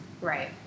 Right